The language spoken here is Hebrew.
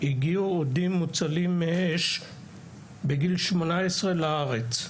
הגיעו אודים מוצלים מאש בגיל 18 לארץ.